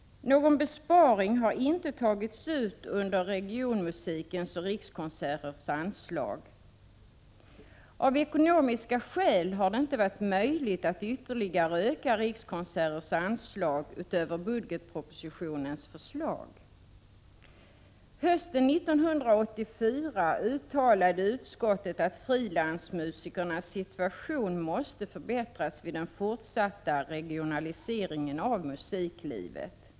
Någon besparing har inte tagits ut under regionmusikens och Rikskonserters anslag. Av ekonomiska skäl har det inte varit möjligt att ytterligare öka Rikskonserters anslag utöver budgetpropositionens förslag. Hösten 1984 uttalade utskottet att frilansmusikernas situation måste förbättras vid den fortsatta regionaliseringen av musiklivet.